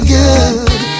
good